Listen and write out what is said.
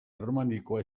erromanikoa